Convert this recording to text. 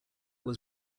was